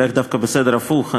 אלך דווקא בסדר הפוך,